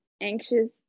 anxious